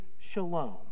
shalom